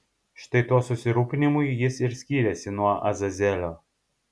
štai tuo susirūpinimu jis ir skyrėsi nuo azazelio